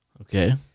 Okay